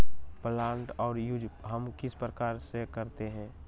Plant का use हम किस प्रकार से करते हैं?